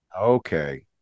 Okay